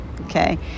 okay